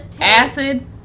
acid